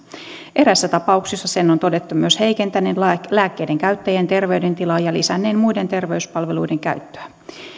eräässä tapauksessa sen on todettu myös heikentäneen lääkkeiden käyttäjien terveydentilaa ja lisänneen muiden terveyspalveluiden käyttöä